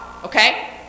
Okay